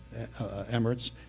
Emirates